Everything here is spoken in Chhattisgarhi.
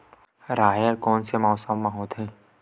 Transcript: राहेर कोन से मौसम म होथे?